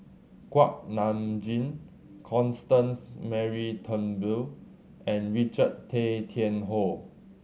Kuak Nam Jin Constance Mary Turnbull and Richard Tay Tian Hoe